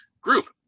group